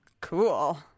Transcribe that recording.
Cool